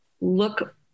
look